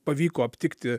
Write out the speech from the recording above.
pavyko aptikti